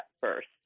first